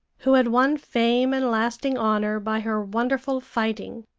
who had won fame and lasting honor by her wonderful fighting,